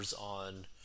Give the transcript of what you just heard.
on